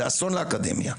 זה אסון לאקדמיה.